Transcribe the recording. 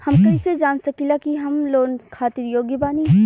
हम कईसे जान सकिला कि हम लोन खातिर योग्य बानी?